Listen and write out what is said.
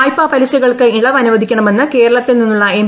വായ്പാ പലിശകൾക്ക് ഇളവനുവദിക്കണമെന്ന് കേരളത്തിൽ നിന്നുള്ള എം